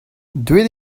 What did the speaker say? deuet